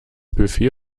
buffet